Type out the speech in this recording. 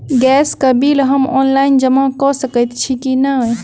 Gas केँ bill हम online जमा कऽ सकैत छी की नै?